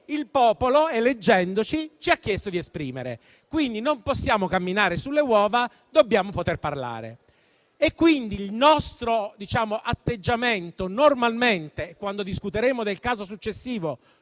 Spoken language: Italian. il popolo, eleggendoci, ci ha chiesto di esprimere. Non possiamo quindi camminare sulle uova, ma dobbiamo poter parlare. Pertanto, il nostro atteggiamento - quando discuteremo del caso successivo